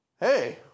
Hey